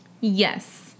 Yes